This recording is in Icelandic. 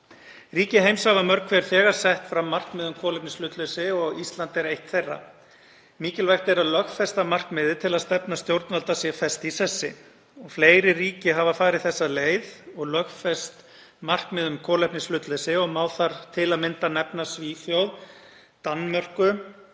Ríki heims hafa mörg hver þegar sett fram markmið um kolefnishlutleysi og Ísland er eitt þeirra. Mikilvægt er að lögfesta markmiðið til að stefna stjórnvalda sé fest í sessi. Fleiri ríki hafa farið þessa leið og lögfest markmið um kolefnishlutleysi og má þar nefna Svíþjóð, Danmörk,